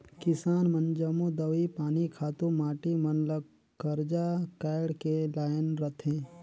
किसान मन जम्मो दवई पानी, खातू माटी मन ल करजा काएढ़ के लाएन रहथें